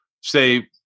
say